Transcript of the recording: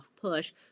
push